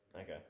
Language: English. Okay